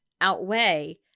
outweigh